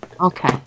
Okay